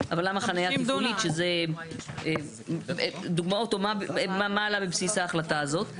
אבל למה חניה תפעולית שזה דוגמאות או מה עלה בבסיס ההחלטה הזאת.